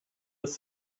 das